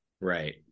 right